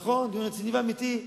נכון, דיון רציני ואמיתי.